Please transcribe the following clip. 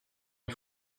une